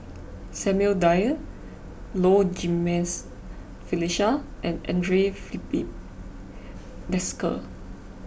Samuel Dyer Low Jimenez Felicia and andre Filipe Desker